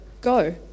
go